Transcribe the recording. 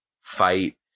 fight